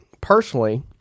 personally